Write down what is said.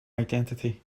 identity